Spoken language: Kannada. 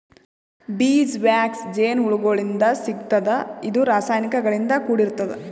ಬೀಸ್ ವ್ಯಾಕ್ಸ್ ಜೇನಹುಳಗೋಳಿಂತ್ ಸಿಗ್ತದ್ ಇದು ರಾಸಾಯನಿಕ್ ಗಳಿಂದ್ ಕೂಡಿರ್ತದ